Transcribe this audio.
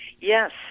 Yes